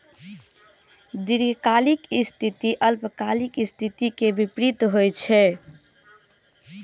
दीर्घकालिक स्थिति अल्पकालिक स्थिति के विपरीत होइ छै